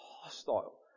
hostile